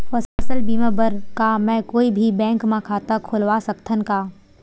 फसल बीमा बर का मैं कोई भी बैंक म खाता खोलवा सकथन का?